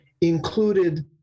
included